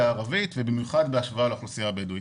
הערבית ובמיוחד בהשוואה לאוכלוסייה הבדואית.